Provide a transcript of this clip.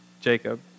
Jacob